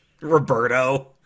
Roberto